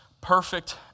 perfect